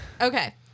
Okay